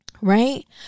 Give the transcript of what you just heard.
right